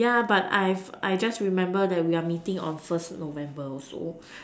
yeah but I've I just remember that we are meeting on first November also